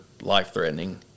life-threatening